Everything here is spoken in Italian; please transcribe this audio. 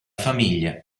famiglia